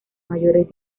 mayores